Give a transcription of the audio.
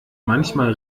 manchmal